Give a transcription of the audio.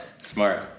Smart